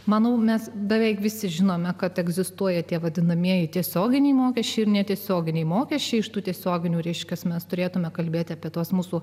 manau mes beveik visi žinome kad egzistuoja tie vadinamieji tiesioginiai mokesčiai ir netiesioginiai mokesčiai iš tų tiesioginių reiškiasi mes turėtumėme kalbėti apie tuos mūsų